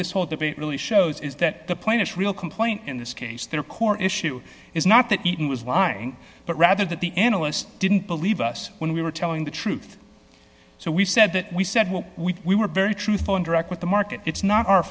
this whole debate really shows is that the point is real complaint in this case that a core issue is not that eaton was lying but rather that the analyst didn't believe us when we were telling the truth so we've said that we said we were very truthful and direct with the market it's not our